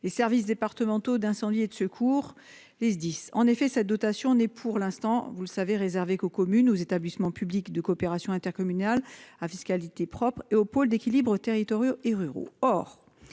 et services départementaux d'incendie et de secours, les SDIS en effet sa dotation n'est pour l'instant vous le savez réservé qu'aux communes aux établissements publics de coopération intercommunale à fiscalité propre et aux pôles d'équilibre territoriaux et ruraux.